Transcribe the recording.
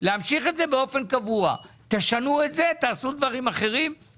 כי הגדרה אחת תקפה למוצרים שהם בעוטף עזה,